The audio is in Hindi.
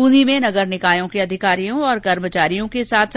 ब्रूंदी में नगर निकायों के अधिकारियों और कर्मचारियों के साथ